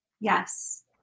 Yes